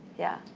yeah.